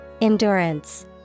Endurance